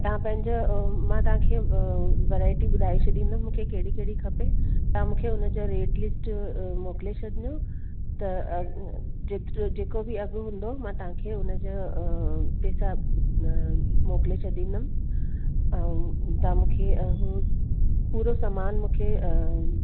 तव्हां पंहिंजो मां तव्हांखे वैरायटी ॿुधाए छॾिंदमि मूंखे कहिड़ी कहिड़ी खपे तव्हां मूंखे हुनजो रेट लिस्ट मोकिले छॾिजो त जेतिरो जेको बि अघु हूंदो मां तव्हांखे हुनजो पैसा मोकिले छॾिंदमि ऐं तव्हां मूंखे पूरो सामानु मूंखे